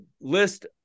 list